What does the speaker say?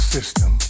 System